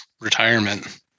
retirement